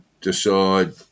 decide